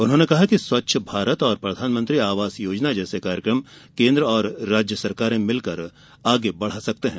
उन्होंने कहा कि स्वच्छ भारत और प्रधानमंत्री आवास योजना जैसे कार्यक्रम केन्द्र और राज्य सरकारें मिलकर आगे बढ़ा सकते हैं